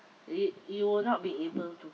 it you will not be able to